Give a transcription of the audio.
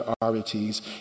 priorities